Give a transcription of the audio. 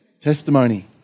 testimony